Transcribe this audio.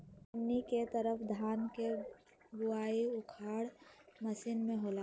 हमनी के तरफ धान के बुवाई उखाड़ महीना में होला